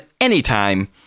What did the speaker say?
anytime